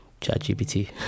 ChatGPT